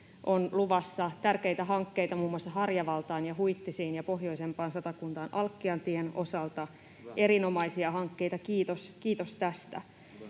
on luvassa tärkeitä hankkeita, muun muassa Harjavaltaan ja Huittisiin ja pohjoisempaan Satakuntaan Alkkiantien osalta. Erinomaisia hankkeita — kiitos tästä.